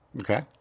Okay